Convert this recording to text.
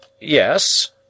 Yes